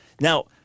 Now